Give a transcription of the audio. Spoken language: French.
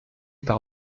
par